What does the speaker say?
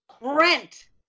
Rent